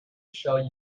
shall